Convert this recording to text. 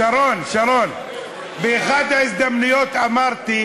שרון, שרון, באחת ההזדמנויות אמרתי: